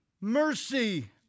mercy